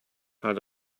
out